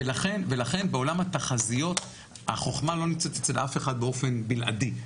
ולכן בעולם התחזיות החוכמה לא נמצאת אצל אף אחד באופן בלעדי.